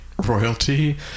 royalty